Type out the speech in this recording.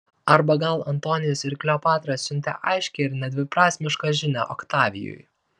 arba gal antonijus ir kleopatra siuntė aiškią ir nedviprasmišką žinią oktavijui